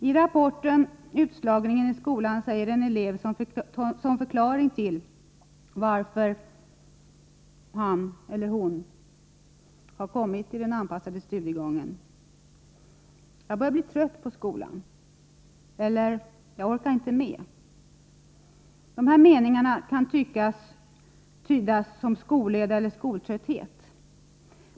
I utredningen Utslagningen i grundskolan säger en elev som förklaring till varför han eller hon har kommit in i den anpassade studiegången: ”Jag började bli trött på skolan” eller ”Jag orkade inte med.” Dessa meningar kan tyckas tyda på skolleda eller skoltrötthet.